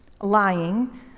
lying